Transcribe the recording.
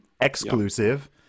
exclusive